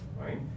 right